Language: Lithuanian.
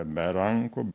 be rankų